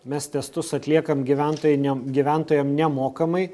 mes testus atliekam gyventojai ne gyventojam nemokamai